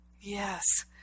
yes